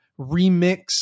remix